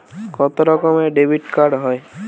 কত রকমের ডেবিটকার্ড হয়?